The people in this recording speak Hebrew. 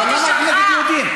גם, אבל למה את נגד יהודים?